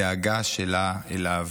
הדאגה שלה לו,